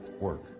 Work